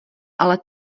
ale